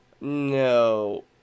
No